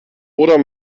oder